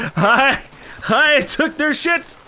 ha ha i, i took their shit.